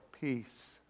peace